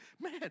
Man